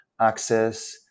access